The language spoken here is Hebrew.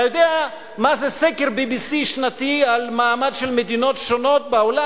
אתה יודע מה זה סקר BBC שנתי על מעמד של מדינות שונות בעולם?